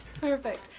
Perfect